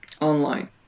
online